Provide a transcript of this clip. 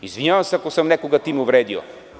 Izvinjavam se ako sam nekoga time uvredio.